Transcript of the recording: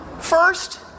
First